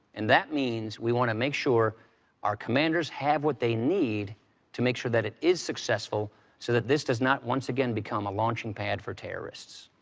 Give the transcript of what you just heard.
and that means we want to make sure our commanders have what they need to make sure that it is successful so that this does not once again become a launching pad for terrorists.